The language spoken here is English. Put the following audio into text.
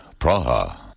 Praha